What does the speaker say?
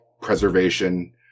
preservation